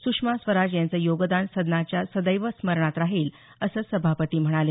सुषमा स्वराज यांचं योगदान सदनाच्या सदैव स्मरणात राहील असं सभापती म्हणाले